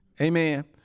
Amen